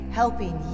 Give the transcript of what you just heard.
helping